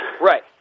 Right